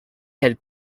had